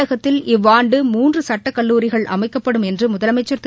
தமிழகத்தில் இவ்வாண்டு மூன்றுசட்டக்கல்லூரிகள் அமைக்கப்படும் என்றுமுதலமைச்சர் திரு